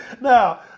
Now